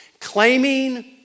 Claiming